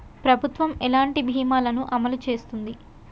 ప్రభుత్వం ఎలాంటి బీమా ల ను అమలు చేస్తుంది?